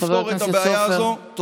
לפתור את הבעיה הזאת.